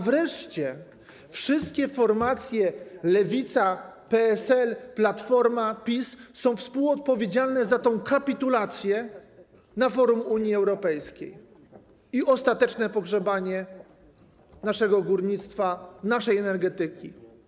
Wreszcie wszystkie formacje, Lewica, PSL, Platforma i PiS, są współodpowiedzialne za kapitulację na forum Unii Europejskiej i ostateczne pogrzebanie naszego górnictwa, naszej energetyki.